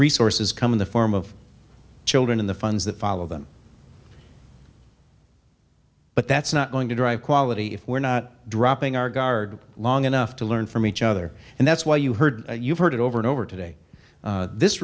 resources come in the form of children in the funds that follow them but that's not going to drive quality if we're not dropping our guard long enough to learn from each other and that's why you heard you've heard it over and over today this